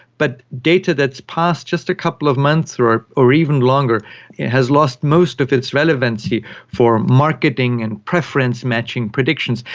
but data that has passed just a couple of months or or even longer has lost most of its relevancy for marketing and preference matching predictions.